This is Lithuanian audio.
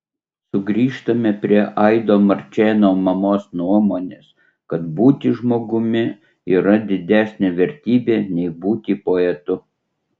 sugrįžtame prie aido marčėno mamos nuomonės kad būti žmogumi yra didesnė vertybė nei būti poetu